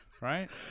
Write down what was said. Right